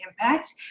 impact